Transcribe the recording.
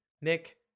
nick